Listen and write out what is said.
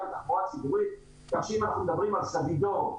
בתחבורה הציבורית כך שאם אנחנו מדברים על סבידור,